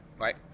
Right